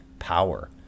power